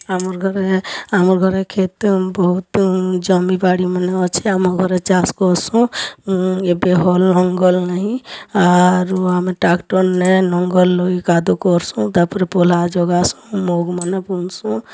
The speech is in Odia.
ଆମର୍ ଘରେ ଆମର୍ ଘରେ ଖେତ୍ ବହୁତ୍ ଜମି ବାଡ଼ି ମାନେ ଅଛେ ଆମ ଘରେ ଚାଷ୍ କର୍ସୁଁ ଏବେ ହଲ୍ ଲଙ୍ଗଲ୍ ନାଇଁ ଆରୁ ଆମେ ଟ୍ରାକ୍ଟର୍ ନେ ଲଙ୍ଗଲ୍ ଲଗେଇ କାଦୋ କର୍ସୁଁ ତା'ପ୍ରେ ପଲ୍ହା ଜଗାସୁଁ ମୁଗ୍ମାନେ ବୁନ୍ସୁଁ